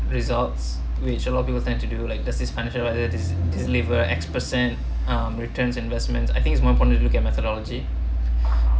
results which a lot of people tend to do like there's this financial adviser this this is leave a x per cent um returns investment I think it's more important look at methodology